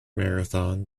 marathon